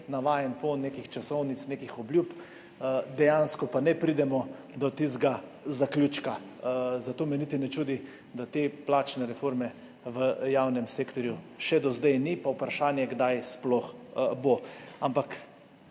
navajeni – polno nekih časovnic, nekih obljub, dejansko pa ne pridemo do tistega zaključka. Zato me niti ne čudi, da te plačne reforme v javnem sektorju še do zdaj ni, pa vprašanje, kdaj sploh bo. Ampak